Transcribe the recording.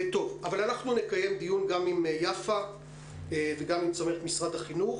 אבל אנחנו נקיים דיון גם עם יפה וגם עם צמרת משרד החינוך